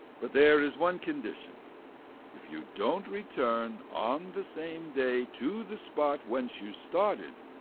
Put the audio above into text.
but there is one condition if you don't return on the same day to the spot whence you started,